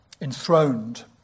enthroned